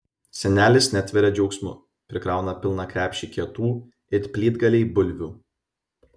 senelis netveria džiaugsmu prikrauna pilną krepšį kietų it plytgaliai bulvių